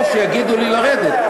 לא, שיגידו לי לרדת.